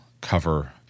cover